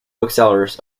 booksellers